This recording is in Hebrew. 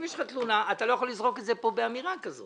אם יש לך תלונה אתה לא יכול לזרוק את זה פה באמירה כזאת.